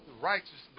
righteousness